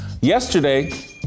Yesterday